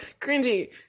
cringy